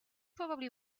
probably